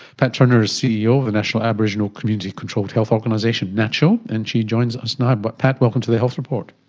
pat turner is ceo of the national aboriginal community controlled health organisation, naccho, and she joins us now. but pat, welcome to the health report.